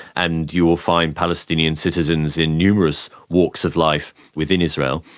and you will find palestinian citizens in numerous walks of life within israel.